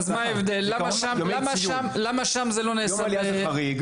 יום העלייה זה חריג.